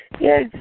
Yes